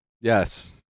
Yes